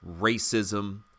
racism